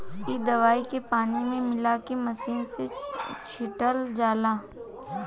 इ दवाई के पानी में मिला के मिशन से छिटल जाला